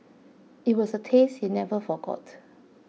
it was a taste he never forgot